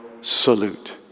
salute